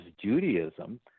Judaism